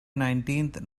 nineteenth